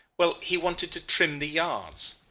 well, he wanted to trim the yards.